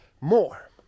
more